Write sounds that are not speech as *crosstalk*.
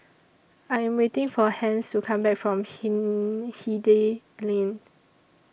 I Am waiting For Hans to Come Back from Hen *hesitation* Hindhede Lane